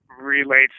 relates